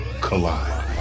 collide